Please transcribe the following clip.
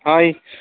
ਹਾਂਜੀ